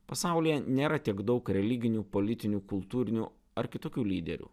pasaulyje nėra tiek daug religinių politinių kultūrinių ar kitokių lyderių